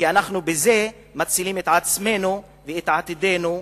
כי אנחנו בזה מצילים את עצמנו ואת עתידנו,